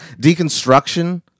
Deconstruction